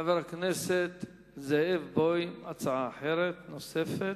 חבר הכנסת זאב בוים, הצעה אחרת נוספת.